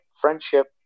friendship